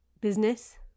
business